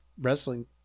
wrestling